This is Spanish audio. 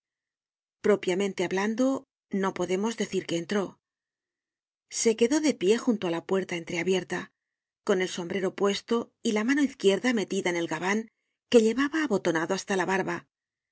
propiamente hablando no podemos decir que entró se quedó de pie junto á la puerta entreabierta con el sombrero puesto y la mano izquierda metida en el gaban que llevaba abotonado hasta la barba en